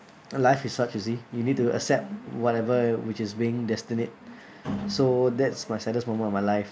life is such you see you need to accept whatever which is being destined so that's my saddest moment of my life